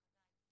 חגי בבקשה.